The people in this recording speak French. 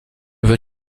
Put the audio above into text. veux